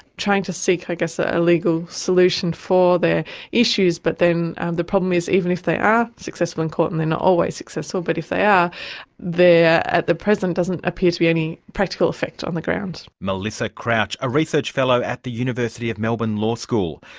trying to seek i guess ah a legal solution for their issues, but then and the problem is even if they are successful in court and they're not always successful but if they are there at the present doesn't appear to be any practical effect on the ground. melissa crouch, a research fellow at the university of melbourne law school.